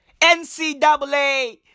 NCAA